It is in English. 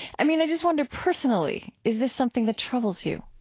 i mean, i just wonder, personally, is this something that troubles you?